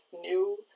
new